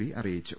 P അറിയിച്ചു